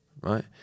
right